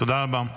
תודה רבה.